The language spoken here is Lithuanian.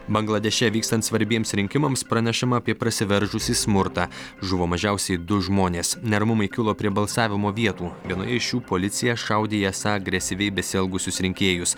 bangladeše vykstant svarbiems rinkimams pranešama apie prasiveržusį smurtą žuvo mažiausiai du žmonės neramumai kilo prie balsavimo vietų vienoje iš jų policija šaudė į esą agresyviai besielgusius rinkėjus